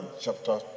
chapter